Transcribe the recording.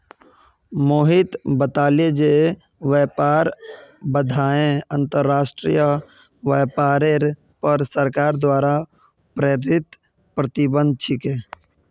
मोहित बताले जे व्यापार बाधाएं अंतर्राष्ट्रीय व्यापारेर पर सरकार द्वारा प्रेरित प्रतिबंध छिके